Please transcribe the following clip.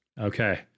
Okay